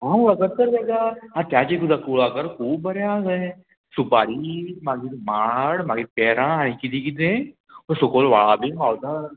हांव वळखता तर तेका आं ताजे कुदा कुळागर खूब बरें आहा खंय सुपारी मागीर माड मागीर पेरां आनी कितें कितें सकयल व्हाळां बीन व्हांवतात